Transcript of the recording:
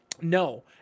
No